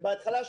בהתחלה,